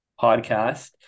podcast